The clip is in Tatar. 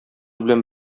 белән